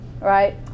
right